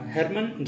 Herman